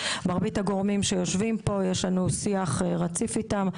מרבית הגורמים שיושבים פה יש לנו שיח רציף איתם,